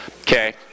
Okay